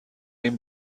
این